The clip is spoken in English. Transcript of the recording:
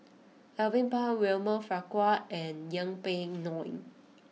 Alvin Pang William Farquhar and Yeng Pway Ngon